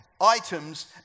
items